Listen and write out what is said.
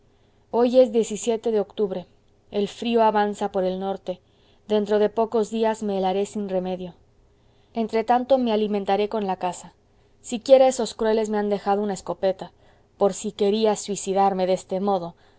hoy es de octubre el frío avanza por el norte dentro de pocos días me helaré sin remedio entretanto me alimentaré con la caza siquiera esos crueles me han dejado una escopeta por si quería suicidarme de este modo